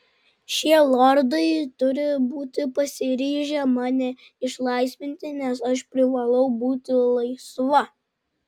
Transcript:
šie lordai turi būti pasiryžę mane išlaisvinti nes aš privalau būti laisva